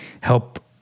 help